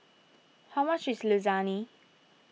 how much is Lasagne